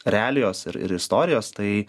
realijos ir ir istorijos tai